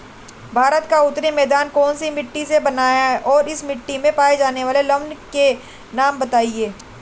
भारत का उत्तरी मैदान कौनसी मिट्टी से बना है और इस मिट्टी में पाए जाने वाले लवण के नाम बताइए?